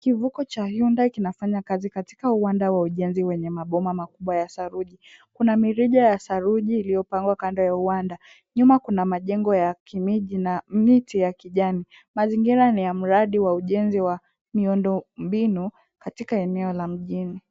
Kivuko cha Hyundai kinafanya kazi katika uwanda wa ujenzi wenye maboma makubwa ya saruji. Kuna mirija ya saruji iliyopangwa kando ya uwanda. Nyuma kuna majengo ya kimiji na miti ya kijani. Mazingira ni ya mradi wa ujenzi wa miundo mbinu katika eneo la mjini.